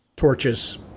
torches